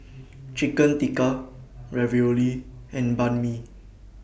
Chicken Tikka Ravioli and Banh MI